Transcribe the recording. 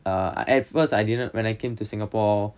err at first I didn't when I came to singapore